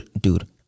dude